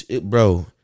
Bro